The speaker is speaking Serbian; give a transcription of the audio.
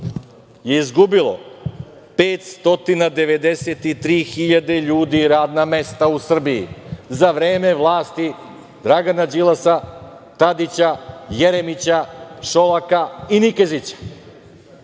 je izgubilo 593.000 radna mesta u Srbiji za vreme vlasti Dragana Đilasa, Tadića, Jeremića, Šolaka i Nikezića,